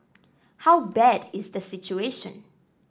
how bad is the situation